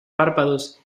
párpados